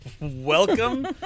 Welcome